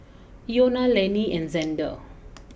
Iona Lanny and Xander